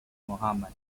muhammad